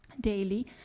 daily